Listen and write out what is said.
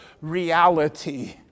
reality